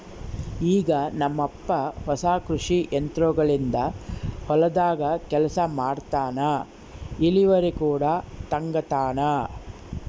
ಈಗ ನಮ್ಮಪ್ಪ ಹೊಸ ಕೃಷಿ ಯಂತ್ರೋಗಳಿಂದ ಹೊಲದಾಗ ಕೆಲಸ ಮಾಡ್ತನಾ, ಇಳಿವರಿ ಕೂಡ ತಂಗತಾನ